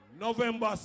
November